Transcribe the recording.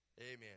Amen